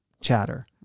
chatter